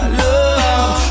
love